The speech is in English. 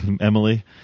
Emily